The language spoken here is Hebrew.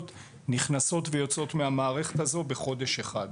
נכנסות ויוצאות מהמערכת הזו בחודש אחד.